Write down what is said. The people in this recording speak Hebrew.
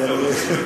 אז אני,